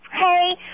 Hey